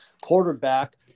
quarterback